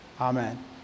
Amen